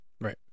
Right